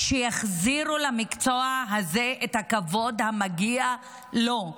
שיחזירו למקצוע הזה את הכבוד המגיע לו.